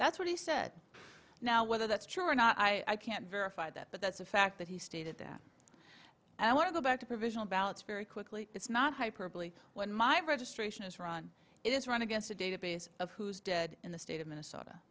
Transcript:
that's what he said now whether that's true or not i can't verify that but that's a fact that he stated that i want to go back to provisional ballots very quickly it's not hyperbole when my registration is run it is run against a database of who's dead in the state of minnesota